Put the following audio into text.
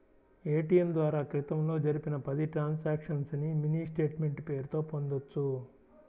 ATM ద్వారా క్రితంలో జరిపిన పది ట్రాన్సక్షన్స్ ని మినీ స్టేట్ మెంట్ పేరుతో పొందొచ్చు